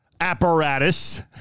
apparatus